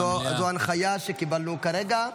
זו הנחיה שקיבלנו כרגע.